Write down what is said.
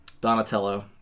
Donatello